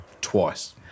twice